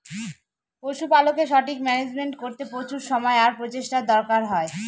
পশুপালকের সঠিক মান্যাজমেন্ট করতে প্রচুর সময় আর প্রচেষ্টার দরকার হয়